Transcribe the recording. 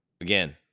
again